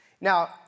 Now